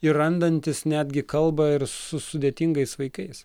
ir randantys netgi kalbą ir su sudėtingais vaikais